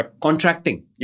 contracting